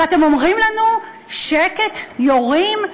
ואתם אומרים לנו "שקט, יורים"?